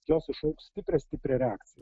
jos iššauks stiprią stiprią reakciją